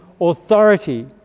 authority